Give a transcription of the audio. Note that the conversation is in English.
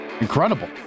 incredible